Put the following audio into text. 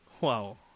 wow